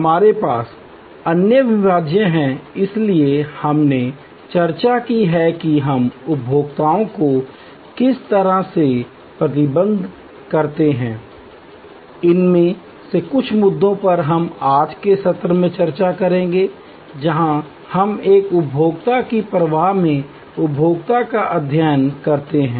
हमारे पास अन्य अविभाज्यता है इसलिए हमने चर्चा की है कि हम उपभोक्ताओं को किस तरह से प्रबंधित करते हैं इनमें से कुछ मुद्दों पर हम आज के सत्र में चर्चा करेंगे जहां हम एक उपभोक्ता प्रवाह में उपभोक्ता का अध्ययन करते हैं